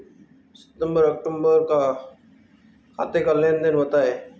सितंबर अक्तूबर का खाते का लेनदेन बताएं